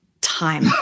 time